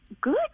good